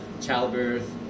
childbirth